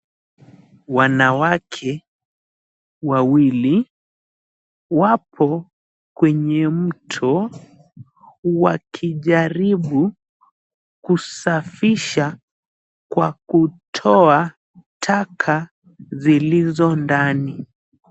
Wanawake wawili wapo kwenye mto wakijaribu kusafisha kwa kutoa taka zilizo ndani.